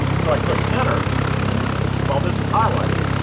so, i click enter while this is highlighted